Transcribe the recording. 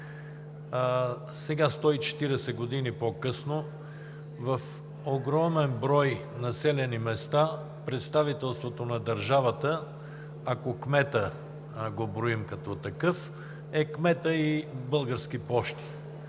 Сега, 140 години по-късно, в огромен брой населени места представителството на държавата, ако броим кмета като такъв, са кметът и Български пощи.